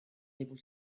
able